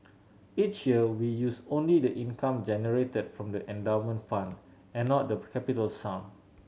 each year we use only the income generated from the endowment fund and not the capital sum